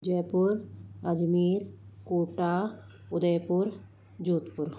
Jaipur Ajmer Kota Udaipur Jodhpur